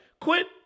Quit